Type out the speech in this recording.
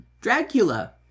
Dracula